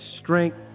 strength